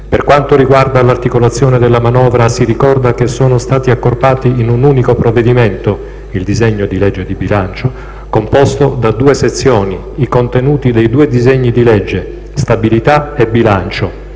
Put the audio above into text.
per quanto riguarda l'articolazione della manovra, si ricorda che sono stati accorpati in un unico provvedimento (il disegno di legge di bilancio), composto da due sezioni, i contenuti dei due disegni di legge (stabilità e bilancio)